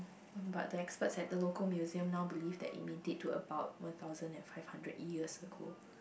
but the experts at the local museum now believe that it may date to about one thousand and five hundred years ago